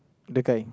the guy